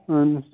اَہن حظ